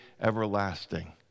everlasting